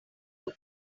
love